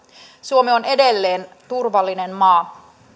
suomi on edelleen turvallinen maa